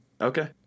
Okay